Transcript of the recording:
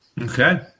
Okay